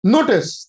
Notice